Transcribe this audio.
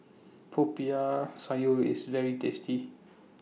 Popiah Sayur IS very tasty